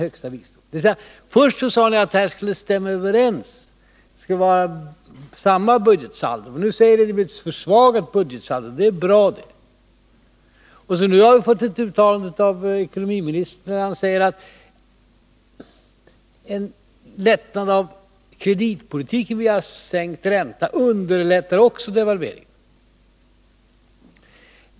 Först sade ni att dessa saker skulle stämma överens. Det skulle vara samma budgetsaldo. Nu säger ni att ni vill försvaga budgetsaldot, och det är bra det. Vi har nu fått ett uttalande av ekonomiministern. Han säger att ett lättande av kreditpolitiken via sänkt ränta underlättar också devalveringen.